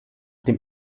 dem